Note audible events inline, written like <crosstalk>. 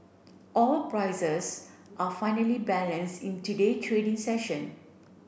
<unintelligible> prices are finally balance in today trading session